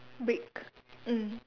brick mm